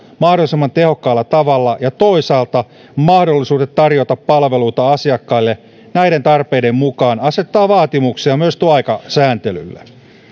mahdollisimman tehokkaalla tavalla ja toisaalta mahdollisuudet tarjota palveluita asiakkaille näiden tarpeiden mukaan asettavat vaatimuksia myös työaikasääntelylle